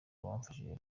wamfashije